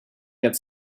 get